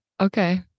Okay